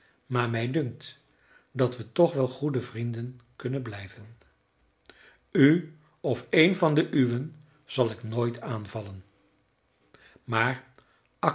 maar mij dunkt dat we toch wel goede vrienden kunnen blijven u of een van de uwen zal ik nooit aanvallen maar